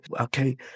okay